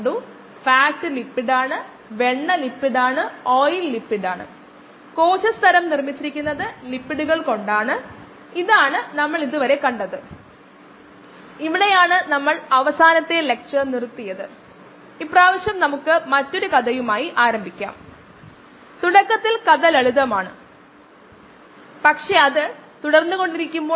A പാർട്ടിൽ ഈ enzymatic ഡീഗ്രേഡേഷനായി മൈക്കിളിസ് മെന്റൻ പാരാമീറ്ററുകൾ നിർണ്ണയിക്കാൻ നമ്മളോട് ആവശ്യപ്പെട്ടു ഭാഗം ബി മൊത്തം എൻസൈം സാന്ദ്രത മൂന്നിരട്ടിയാണെങ്കിൽ 30 മിനിറ്റിന് ശേഷം മീഡിയത്തിൽ X വിഷാംശം അടങ്ങിയിരിക്കുമോ